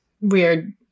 Weird